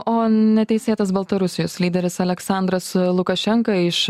o neteisėtas baltarusijos lyderis aliaksandras lukašenka iš